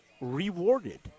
rewarded